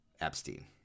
Epstein